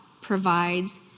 provides